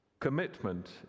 Commitment